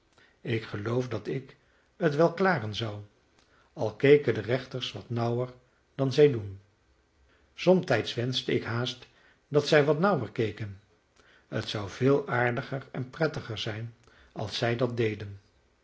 ik geloof dat ik het wel klaren zou al keken de rechters wat nauwer dan zij doen somtijds wenschte ik haast dat zij wat nauwer keken het zou veel aardiger en prettiger zijn als zij dat deden